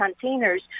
containers